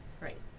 Right